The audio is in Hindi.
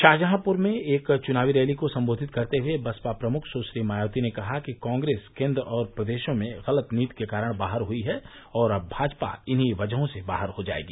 शाहजहांप्र में एक चुनावी रैली को सम्बोधित करते हये बसपा प्रमुख सुश्री मायावती ने कहा कि कॉप्रेस केन्द्र और प्रदेशों में गलत नीति के कारण बाहर हुयी है और अब भाजपा भी इन्हीं वजहों से बाहर हो जायेगी